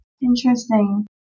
Interesting